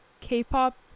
K-pop